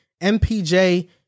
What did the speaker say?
MPJ